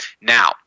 Now